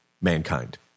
mankind